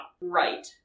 right